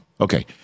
Okay